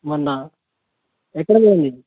మొన్నా ఎక్కడ పోయింది